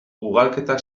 ugalketa